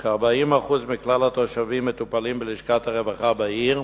וכ-40% מכלל התושבים מטופלים בלשכת הרווחה בעיר.